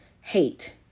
hate